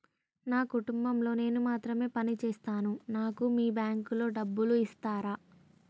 నా కుటుంబం లో నేను మాత్రమే పని చేస్తాను నాకు మీ బ్యాంకు లో డబ్బులు ఇస్తరా?